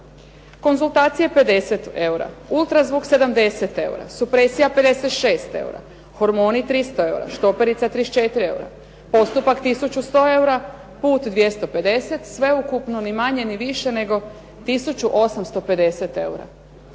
Konzultacije 50 eura, ultrazvuk 70 eura, supresija 56 eura, hormoni 300 eura, štoperica 34 eura, postupak 1100 eura, put 250, sveukupno ni manje ni više nego 1850 eura.